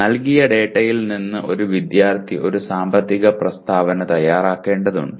നൽകിയ ഡാറ്റയിൽ നിന്ന് ഒരു വിദ്യാർത്ഥി ഒരു സാമ്പത്തിക പ്രസ്താവന തയ്യാറാക്കേണ്ടതുണ്ട്